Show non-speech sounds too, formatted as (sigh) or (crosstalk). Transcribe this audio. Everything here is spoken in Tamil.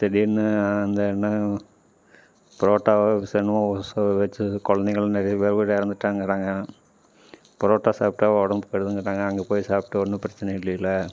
திடீர்னு அந்த என்ன புரோட்டாவை (unintelligible) வச்சு குழந்தைகள் நிறைய பேர்கூட இறந்துட்டாங்கங்கிறாங்க புரோட்டா சாப்பிட்டா உடம்புக்கு கெடுதல்ங்கிறாங்க அங்கே போய் சாப்பிட்டு ஒன்றும் பிரச்சனை இல்லைல